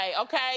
okay